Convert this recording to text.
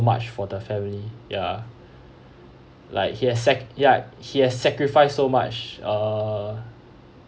much for the family ya like he has sac~ ya he has sacrificed so much err